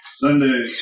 Sunday